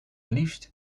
liefst